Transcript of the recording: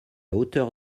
hauteur